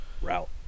route